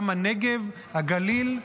גם הנגב והגליל.